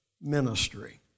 ministry